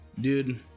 Dude